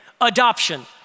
adoption